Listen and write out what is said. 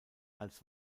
als